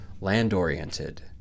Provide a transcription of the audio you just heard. land-oriented